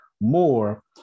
more